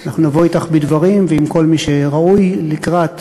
נבוא אתך בדברים ועם כל מי שראוי לקראת